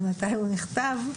מתי הוא נכתב,